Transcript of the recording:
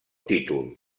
títol